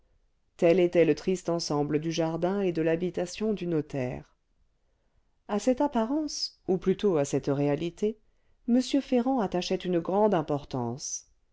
tel était le triste ensemble du jardin et de l'habitation du notaire à cette apparence ou plutôt à cette réalité m ferrand attachait une grande importance